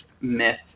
myth